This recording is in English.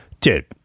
dude